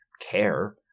care